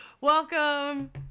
Welcome